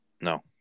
No